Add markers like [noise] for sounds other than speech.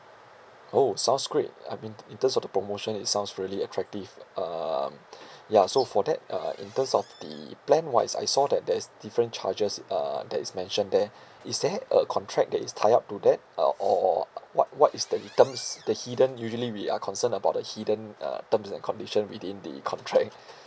oh sounds great I mean in terms of the promotion it sounds really attractive um [breath] ya so for that uh in terms of the plan wise I saw that there's different charges uh that is mentioned there is there a contract that is tie up to that uh or what what is the terms the hidden usually we are concerned about the hidden uh terms and conditions within the contract [breath]